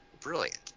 brilliant